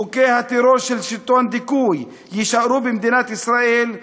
חוקי הטרור של שלטון דיכוי יישארו במדינת ישראל,